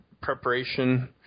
preparation